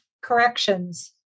corrections